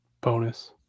bonus